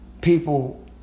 People